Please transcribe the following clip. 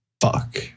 Fuck